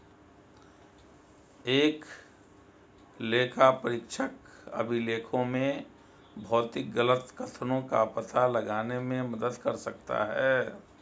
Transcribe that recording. एक लेखापरीक्षक अभिलेखों में भौतिक गलत कथनों का पता लगाने में मदद कर सकता है